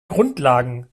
grundlagen